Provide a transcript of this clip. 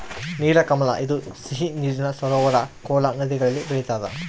ನೀಲಕಮಲ ಇದು ಸಿಹಿ ನೀರಿನ ಸರೋವರ ಕೋಲಾ ನದಿಗಳಲ್ಲಿ ಬೆಳಿತಾದ